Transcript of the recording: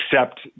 accept